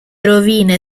rovine